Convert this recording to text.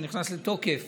שנכנס לתוקף